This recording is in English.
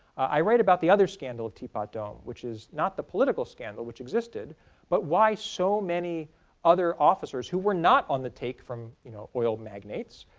i write about the other scandal of teapot dome which is not the political scandal which existed but why so many other officers who were not on the take from you know oil magnates,